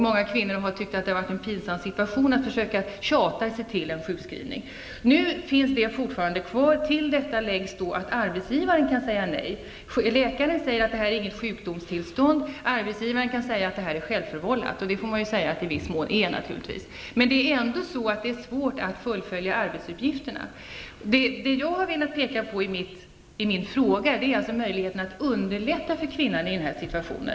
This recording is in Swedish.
Många kvinnor har tyckt att det varit en pinsam situation att försöka tjata sig till en sjukskrivning. Nu finns detta fortfarande kvar, och till det läggs att arbetsgivaren kan säga nej. Läkaren säger att det inte är något sjukdomstillstånd, och arbetsgivaren kan säga att det är självförvållat, och det kan man naturligtvis i viss mån säga att det är. Men kvinnan har svårt att fullfölja arbetsuppgifterna. Det jag velat peka på i min fråga är möjligheterna att underlätta för kvinnan i den här situationen.